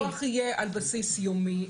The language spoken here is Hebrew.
הדיווח יהיה על בסיס יומי,